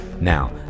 Now